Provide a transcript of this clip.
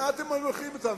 לאן אתם לוקחים אותנו?